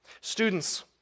Students